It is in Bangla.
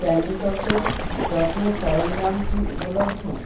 ক্যান্ডি ত্বকের যত্নের সরঞ্জাম কি উপলব্ধ